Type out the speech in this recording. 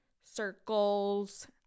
circles